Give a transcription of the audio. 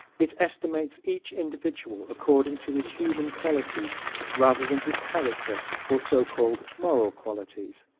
it estimates each individual according to his human qualities rather than his character or so-called moral qualities.